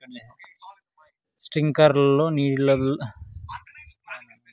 స్ప్రింక్లర్లు నీళ్లతో కూరగాయల పంటకు మంచిదా?